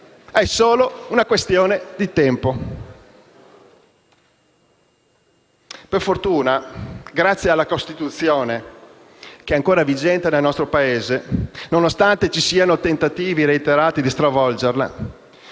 è solo una questione di tempo. Per fortuna, grazie alla Costituzione, che è ancora vigente nel nostro Paese nonostante ci siano reiterati tentativi di stravolgerla,